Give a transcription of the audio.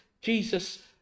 Jesus